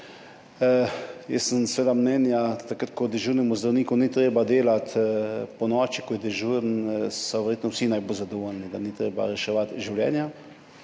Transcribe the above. Jaz menim, da takrat, ko dežurnemu zdravniku ni treba delati ponoči, ko je dežuren, so verjetno vsi najbolj zadovoljni, da ni treba reševati življenja,